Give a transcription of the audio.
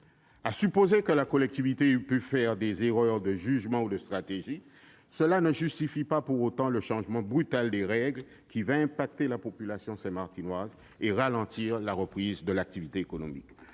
À supposer que la collectivité ait pu faire des erreurs de jugement ou de stratégie, cela ne justifie pas pour autant le changement brutal de règles, qui va avoir des conséquences sur la population saint-martinoise et ralentir la reprise de l'activité économique.